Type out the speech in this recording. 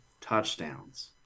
touchdowns